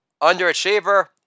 underachiever